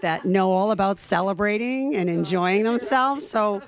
that know all about celebrating and enjoying themselves so